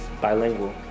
bilingual